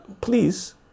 Please